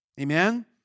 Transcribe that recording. Amen